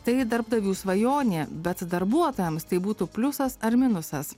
tai darbdavių svajonė bet darbuotojams tai būtų pliusas ar minusas